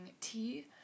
tea